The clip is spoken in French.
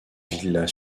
villas